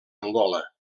angola